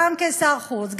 גם כשר החוץ,